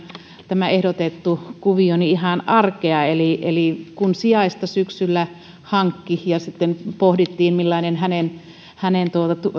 tämä ehdotettu kuvio oli kyllä ihan arkea eli eli kun sijaista syksyllä hankki ja sitten pohdittiin millainen hänen hänen